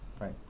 right